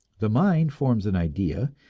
the mind forms an idea,